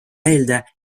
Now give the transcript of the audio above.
meelde